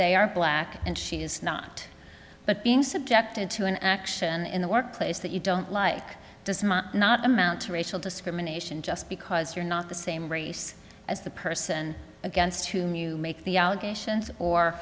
they are black and she is not but being subjected to an action in the workplace that you don't like does not amount to racial discrimination just because you're not the same race as the person against whom you make the allegations or